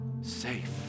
safe